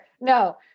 No